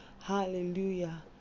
Hallelujah